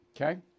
Okay